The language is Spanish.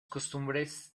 costumbres